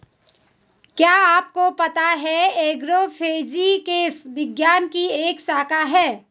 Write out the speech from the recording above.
क्या आपको पता है एग्रोफिजिक्स विज्ञान की एक शाखा है?